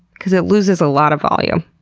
cause it loses a lot of volume.